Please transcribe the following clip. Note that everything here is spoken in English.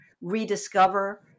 rediscover